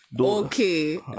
Okay